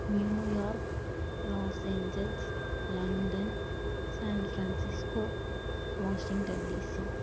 New York Los Angeles London San Francisco Washington DC